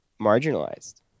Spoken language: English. marginalized